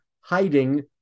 hiding